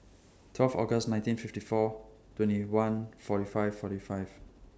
twelve August nineteen fifty four twenty one forty five forty five